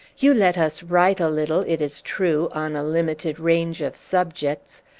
you let us write a little, it is true, on a limited range of subjects.